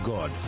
God